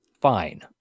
fine